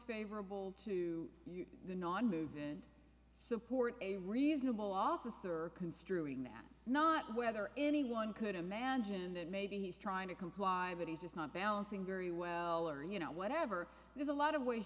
favorable to the nonmoving support a reasonable officer construing that not whether anyone could imagine that maybe he's trying to comply but he's just not balancing very well or you know whatever there's a lot of ways